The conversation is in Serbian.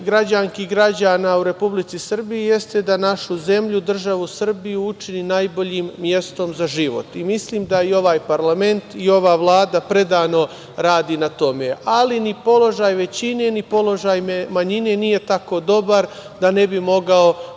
građanki i građana u Republici Srbiji jeste da našu zemlju, državu Srbiju učini najboljim mestom za život. Mislim da i ovaj parlament, i ova Vlada predano radi na tome. Ali, ni položaj većine, ni položaj manjine nije tako dobar da ne bi mogao